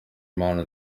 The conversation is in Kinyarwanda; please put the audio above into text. impano